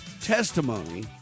testimony